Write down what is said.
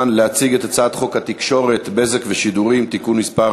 להציג את הצעת חוק התקשורת (בזק ושידורים) (תיקון מס'